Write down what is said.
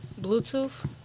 Bluetooth